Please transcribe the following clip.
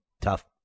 Tough